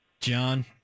John